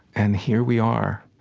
and here we are,